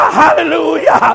hallelujah